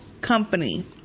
Company